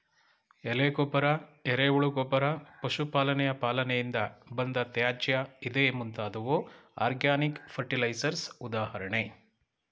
ಎಲೆ ಗೊಬ್ಬರ, ಎರೆಹುಳು ಗೊಬ್ಬರ, ಪಶು ಪಾಲನೆಯ ಪಾಲನೆಯಿಂದ ಬಂದ ತ್ಯಾಜ್ಯ ಇದೇ ಮುಂತಾದವು ಆರ್ಗ್ಯಾನಿಕ್ ಫರ್ಟಿಲೈಸರ್ಸ್ ಉದಾಹರಣೆ